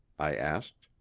i asked.